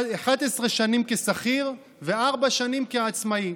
11 שנים כשכיר וארבע שנים כעצמאי.